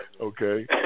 okay